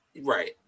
Right